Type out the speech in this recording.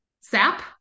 sap